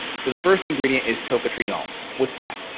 so the first ingredient is tocotrienols. what's that.